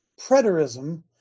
preterism